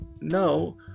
no